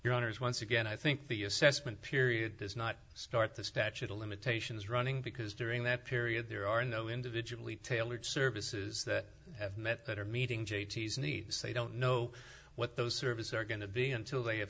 your honour's once again i think the assessment period does not start the statute of limitations running because during that period there are no individually tailored services that have met or meeting j a t s needs they don't know what those services are going to be until they